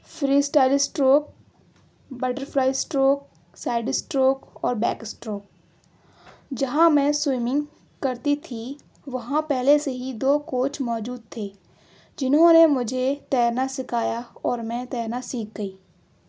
free style stroke butterfly stroke side stroke اور back stroke جہاں میں swimming کرتی تھی وہاں پہلے سے ہی دو کوچ موجود تھے جنہوں نے مجھے تیرنا سکھایا اور میں تیرنا سیکھ گئی